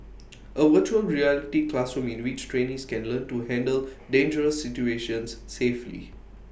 A Virtual Reality classroom in which trainees can learn to handle dangerous situations safely